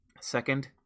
Second